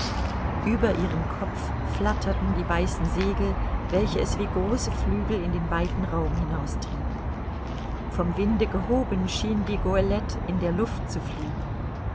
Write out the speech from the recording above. ueber ihrem kopf flatterten die weißen segel welche es wie große flügel in den weiten raum hinaustrieben vom winde gehoben schien die goelette in der luft zu fliegen